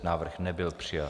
Návrh nebyl přijat.